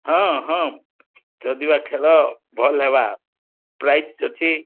ହଁ ହଁ ଯଦି ବା ଖେଳ ଭଲ ହେବା ପ୍ରାଇଜ୍ ଅଛି